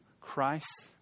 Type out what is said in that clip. Christ